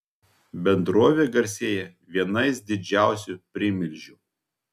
bendrovė garsėja vienais didžiausių primilžių